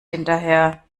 hinterher